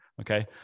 Okay